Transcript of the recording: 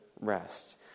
rest